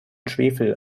schwefel